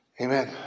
amen